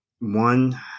one